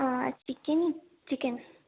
ও আচ্ছা চিকেনই চিকেন